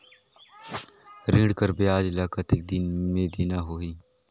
ऋण कर ब्याज ला कतेक दिन मे देना होही?